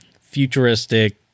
futuristic